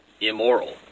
immoral